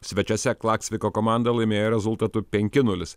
svečiuose klaksviko komanda laimėjo rezultatu penki nulis